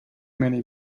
many